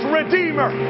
redeemer